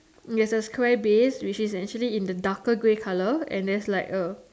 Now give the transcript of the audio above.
there's a square base which is actually in a darker grey colour and there's like a